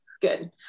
good